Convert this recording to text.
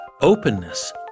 Openness